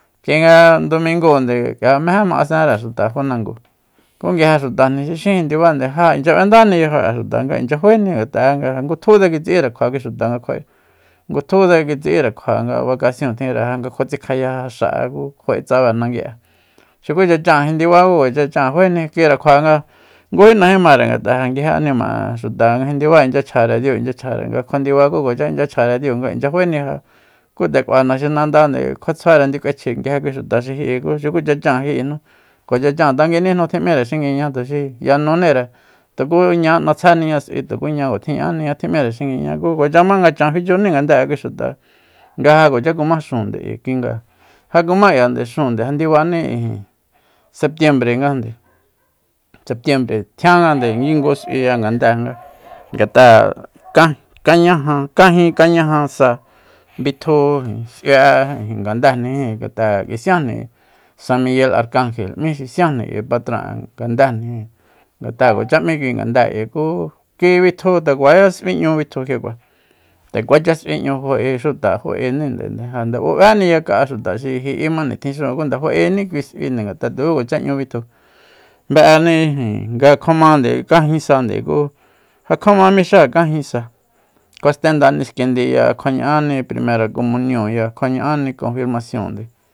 Kui nga ndumingúnde k'ia meje ma'asenre xuta fanango ku nguije xutajni xi xín jindibáne ja inchya b'endani yajo'e xuta nga inchya faéni ngat'a'e ngutjutse kitsi'ire kjua kui xuta nga kjua'e ngutjutse kitsi'íre kjua nga bakasion nga kuatsikjaya xa'e ku kjua'e tsabe nangui'e xukucha chan jindibá ku kuacha cháan ichya faéni kiura kjua ngují najmí mare ngat'a nga ja nguije anima'e xuta nga jindibá inchya chjare diu inchya chjare nga kjua ndiba ku kuacha inchya chjare diu nga inchya faéni ku nde kua naxinandande kjua tsjuare nik'uechji nguije kui xuta xi ji'i xukucha cháan ji'ijnu kuacha cháan tanguinijnu tjim'íre xinguiña tuxi yanuníre tuku ña nde 'natsjéniña s'ui tuku ña kua tjiña'ániña tji'míre xinguiña ku kuacha ma nga chan fichuni ngande'e kui xuta nga ja kuacha kuma xúunde ayi kuinga ja kumá k'iande xúun nde ja ndibaní ijin setiembre ngande setiembre tjiangande ki ngu s'ui'e ngandée ngat'a kan- kanñaja kajin kañaja sa bitju s'ui'e ngandejnijin ngat'a k'ui siájni san miguel arkangel m'í xi siánjni k'ui patron'e ngandejnijin ngat'a kuacha m'í kui ngandée k'ui ku kui bitju nde kuacha s'ui 'ñu bitju kjiakua nde kuacha s'ui nñu fae xuta fa'eninde ja nde b'ubéni yaka'a xuta xi ji'ima nitjin xúun ku nde fa'eni kui s'ui ngat'a tuku kuacha 'ñu bitju be'eni nga ja kjua mande kajin sande ku ja kjuama mixáa kajin sa kjua stenda niskindiya kjua ña'ani primera komunionya kjua ña'anni konfirmasion